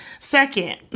Second